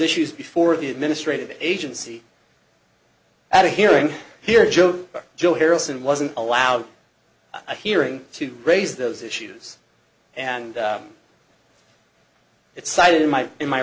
issues before the administrative agency at a hearing here joe joe harrelson wasn't allowed i hearing to raise those issues and it's cited in my in my